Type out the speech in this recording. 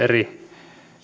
eri